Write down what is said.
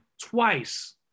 twice